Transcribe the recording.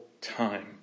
time